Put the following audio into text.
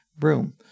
room